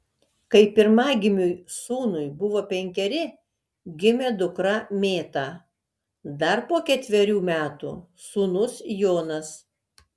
kai pirmagimiui sūnui buvo penkeri gimė dukra mėta dar po ketverių metų sūnus jonas